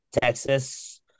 Texas